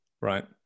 right